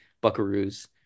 Buckaroo's